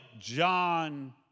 John